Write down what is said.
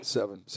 Seven